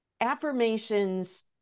affirmations